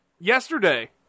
yesterday